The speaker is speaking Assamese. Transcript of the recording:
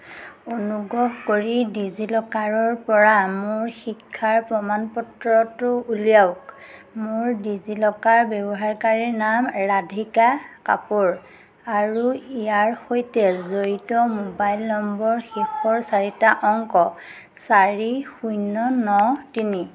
অনুগ্ৰহ কৰি ডিজিলকাৰৰপৰা মোৰ শিক্ষাৰ প্ৰমাণ পত্ৰটো উলিয়াওক মোৰ ডিজিলকাৰ ব্যৱহাৰকাৰী নাম ৰাধিকা কাপোৰ আৰু ইয়াৰ সৈতে জড়িত মোবাইল নম্বৰ শেষৰ চাৰিটা অংক চাৰি শূন্য ন তিনি